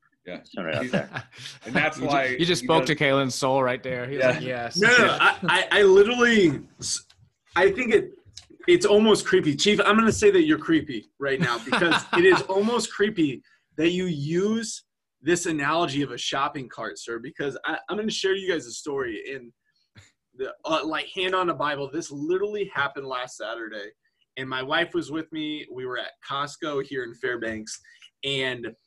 Yeah. Just throwing it out there. And that's You ju- why you just he spoke to does- Kalen's soul right there. He's Yeah. like, "Yes." No, no, no. Yeah. I- I- I literally s- I think it- it's almost creepy. Chief, I'm gonna say that you're creepy right now because it is almost creepy that you use this analogy of a shopping cart, sir, because I- I'm gonna share you guys a story in the- uh, like, hand on a Bible. This literally happened last Saturday. And my wife was with me. We were at Costco here in Fairbanks. And